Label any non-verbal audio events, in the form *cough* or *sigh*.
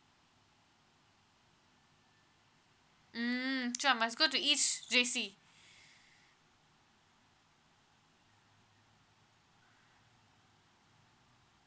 mm so I must go to east J_C *breath*